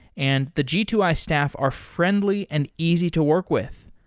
and the g two i staff are friendly and easy to work with.